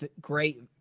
great